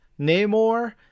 Namor